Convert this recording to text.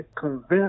convince